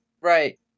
Right